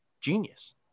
genius